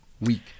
weak